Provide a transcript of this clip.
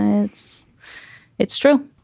it's it's true.